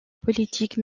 politique